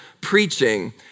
preaching